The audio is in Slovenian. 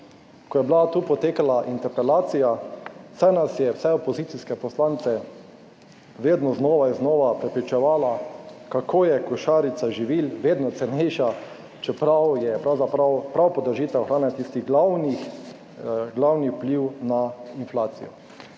ko je bila tu potekala interpelacija, saj nas je vse opozicijske poslance vedno znova in znova prepričevala, kako je košarica živil vedno cenejša, čeprav je pravzaprav prav podražitev hrane tisti glavni vpliv na inflacijo.